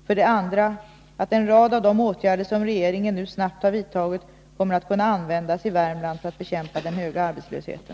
och för det andra att en rad av de åtgärder som regeringen nu snabbt har vidtagit kommer att kunna användas i Värmland för att bekämpa den höga arbetslösheten.